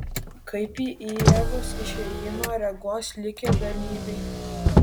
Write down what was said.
kaip į ievos išėjimą reaguos likę dalyviai